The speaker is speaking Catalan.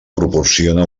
proporciona